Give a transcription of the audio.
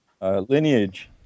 lineage